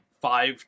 five